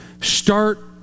Start